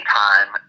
time